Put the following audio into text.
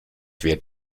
wärt